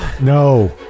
No